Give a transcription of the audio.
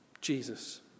Jesus